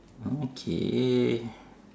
okay